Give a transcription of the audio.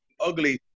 ugly